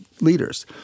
leaders